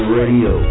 radio